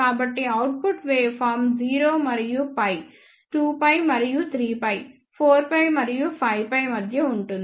కాబట్టిఅవుట్పుట్ wave form 0 మరియు π 2π మరియు 3π4π మరియు 5πమధ్య ఉంటుంది